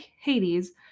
Hades